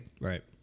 Right